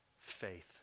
faith